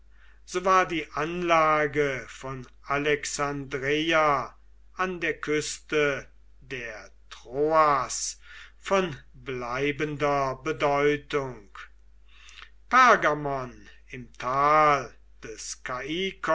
so war die anlage von alexandreia an der küste der troas von bleibender bedeutung pergamon im tal des